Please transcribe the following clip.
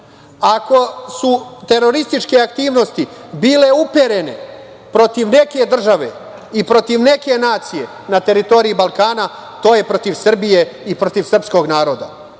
Ako su terorističke aktivnosti bile uperene protiv neke države i protiv neke nacije na teritoriji Balkana, to je protiv Srbije i protiv srpskog naroda. Moje